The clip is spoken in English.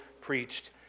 preached